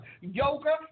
Yoga